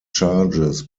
charges